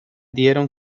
dieron